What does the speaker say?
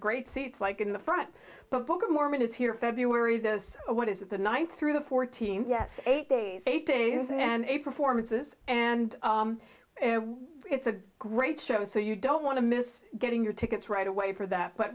great seats like in the front but book of mormon is here february this what is the ninth through the fourteen yes eight days eight days and a performances and it's a great show so you don't want to miss getting your tickets right away for that but